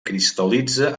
cristal·litza